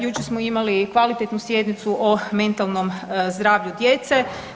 Jučer smo imali i kvalitetnu sjednicu o mentalnom zdravlju djece.